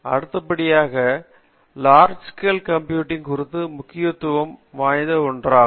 அடுத்தபடியாக large scale computing குறிப்பாக முக்கியத்துவம் வாய்ந்த ஒன்றாகும்